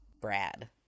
Brad